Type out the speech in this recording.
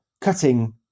cutting